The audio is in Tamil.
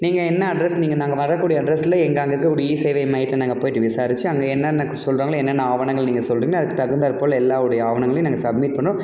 நீங்கள் என்ன அட்ரெஸ் நீங்கள் நாங்க வரக்கூடிய அட்ரெஸில் எங்கே அங்கே இருக்கக்கூடிய இ சேவை மையத்தில் நாங்கள் போயிட்டு விசாரித்து அங்கே என்னென்ன கு சொல்றாங்களோ என்னென்ன ஆவணங்கள் நீங்கள் சொல்றீங்களோ அதுக்கு தகுந்தாற் போல எல்லோருடைய ஆவணங்களையும் நாங்கள் சப்மிட் பண்ணுறோம்